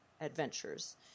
adventures